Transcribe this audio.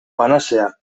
panazea